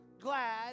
glad